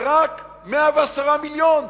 זה רק 110 מיליון.